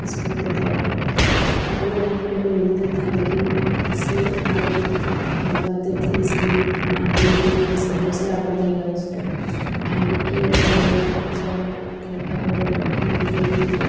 school के दौरान हारने वाले को भी मिलता था लेकिन इससे हार जीत लगवाते थे इसलिए कि हारने जीतने से हौसला बढ़ेगा उसका आगे की ओर बढ़ेगा बच्चा हो लड़का हो या लड़की हो जो भी हो